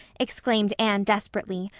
exclaimed anne desperately.